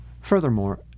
Furthermore